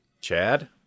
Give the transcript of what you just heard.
Chad